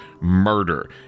murder